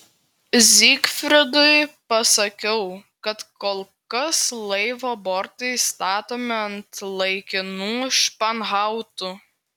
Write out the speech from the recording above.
zygfridui pasakiau kad kol kas laivo bortai statomi ant laikinų španhautų